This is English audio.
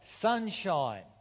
sunshine